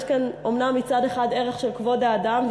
אומנם יש מצד אחד הערך של כבוד האדם,